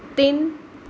ਤਿੰਨ